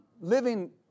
living